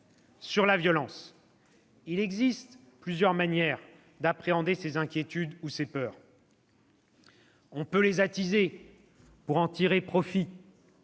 sur la violence. « Il existe plusieurs manières d'appréhender ces inquiétudes ou ces peurs. On peut les attiser pour en tirer profit.